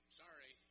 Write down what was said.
sorry